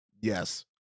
Yes